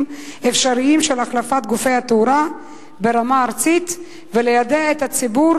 אפשריים של החלפת גופי התאורה ברמה הארצית וליידע את הציבור,